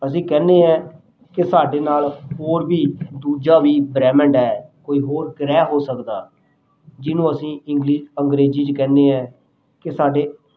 ਅਸੀਂ ਕਹਿੰਦੇ ਹਾਂ ਕਿ ਸਾਡੇ ਨਾਲ ਹੋਰ ਵੀ ਦੂਜਾ ਵੀ ਬ੍ਰਹਿਮੰਡ ਐ ਕੋਈ ਹੋਰ ਗ੍ਰਹਿ ਹੋ ਸਕਦਾ ਜਿਹਨੂੰ ਅਸੀਂ ਇੰਗ ਅੰਗਰੇਜ਼ੀ 'ਚ ਕਹਿੰਦੇ ਹਾਂ ਕਿ ਸਾਡੇ